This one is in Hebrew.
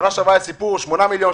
שנה שעברה היה סיפור שמונה מיליון,